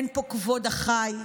אין פה כבוד החי,